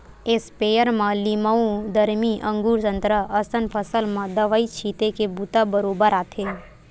sprayer म लीमउ, दरमी, अगुर, संतरा असन फसल म दवई छिते के बूता बरोबर आथे